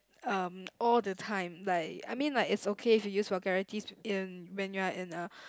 um all the time like I mean like it's okay if you use vulgarities in when you are in a